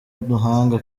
ubuhanga